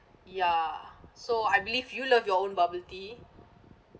ya so I believe you love your own bubble tea